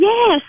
yes